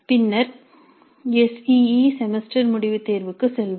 பின்னர் S E semester முடிவு தேர்வுக்கு செல்வோம்